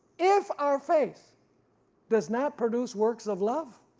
if our faith does not produce works of love,